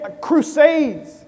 crusades